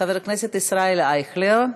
חבר הכנסת ישראל אייכלר,